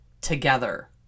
together